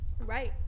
Right